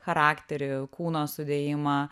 charakterį kūno sudėjimą